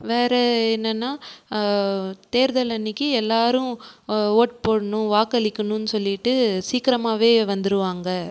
வேறு என்னென்னால் தேர்தல் அன்றைக்கி எல்லோரும் வோட் போடணும் வாக்களிக்கணுன்னு சொல்லிட்டு சீக்கிரமாகவே வந்துடுவாங்க